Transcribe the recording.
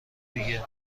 دیگه